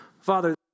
Father